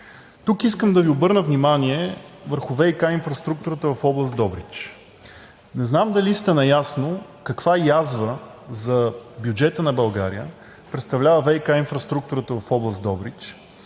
Тук искам да Ви обърна внимание върху ВиК инфраструктурата в област Добрич. Не знам дали сте наясно каква язва за бюджета на България представлява ВиК инфраструктурата в област Добрич,